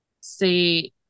say